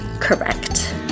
Correct